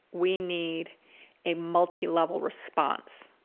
we need a multi-level response.